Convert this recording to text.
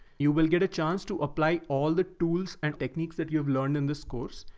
you will get a chance to apply all the tools and techniques that you've learned in this course.